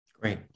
Great